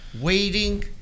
waiting